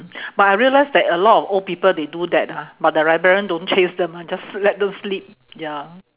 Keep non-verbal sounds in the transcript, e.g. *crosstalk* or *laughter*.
*breath* but I realise that a lot of old people they do that ah but the librarian don't chase them [one] just let them sleep ya